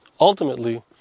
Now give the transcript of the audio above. ultimately